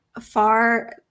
far